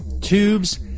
tubes